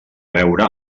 veure